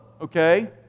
okay